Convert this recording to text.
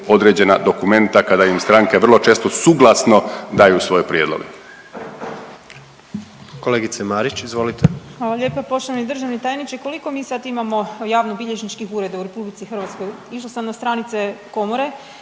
određena dokumenta kada im stranke vrlo često suglasno daju svoje prijedloge.